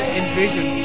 envision